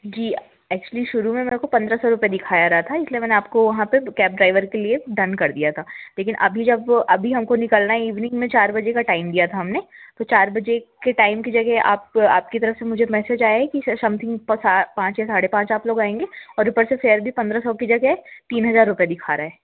जी actually शुरू में मेरे को पंद्रह सौ रुपए दिखाया रहा था इसलिए मैंने आपको वहाँ पे कैब ड्राईवर के लिए डन कर दिया था लेकिन अभी जब वो अभी हमको निकलना है इवनिंग में चार बजे का टाइम दिया था हमने तो चार बजे के टाइम की जगह आप आपकी तरफ़ से मुझे मेसेज आया है कि समथिंग पसाड पाँच या साढ़े पाँच आप लोग आएँगे और ऊपर से फ़ेयर भी पंद्रह सौ की जगह तीन हज़ार रुपए दिखा रहा है